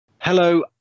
Hello